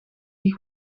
die